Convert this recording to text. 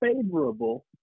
favorable